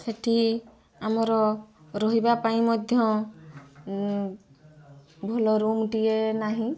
ସେଇଠି ଆମର ରହିବା ପାଇଁ ମଧ୍ୟ ଭଲ ରୁମ୍ ଟିଏ ନାହିଁ